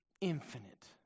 infinite